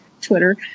Twitter